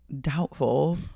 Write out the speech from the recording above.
Doubtful